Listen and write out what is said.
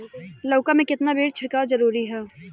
लउका में केतना बेर छिड़काव जरूरी ह?